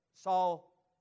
Saul